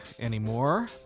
anymore